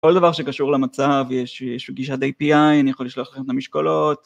כל דבר שקשור למצב, יש גישת API, אני יכול לשלוח לכם את המשקולות.